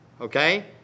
Okay